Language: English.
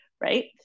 right